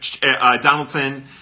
Donaldson